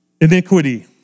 Iniquity